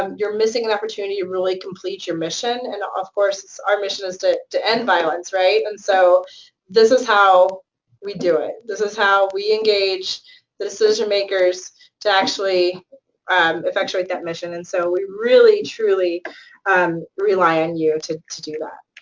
um you're missing an opportunity to really complete your mission, and, of course, our mission is to to end violence, right? and so this is how we do it. this is how we engage the decision-makers to actually um effectuate that mission, and so we really, truly um rely on you to to do that.